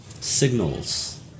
signals